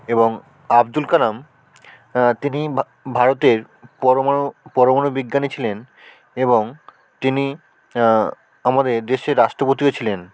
এবং আব্দুল কালাম তিনি ভারতের পরমাণু পরমাণু বিজ্ঞানী ছিলেন এবং তিনি আমাদের দেশের রাষ্ট্রপতিও ছিলেন